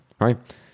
right